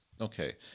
Okay